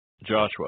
Joshua